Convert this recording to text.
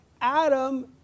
Adam